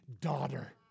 daughter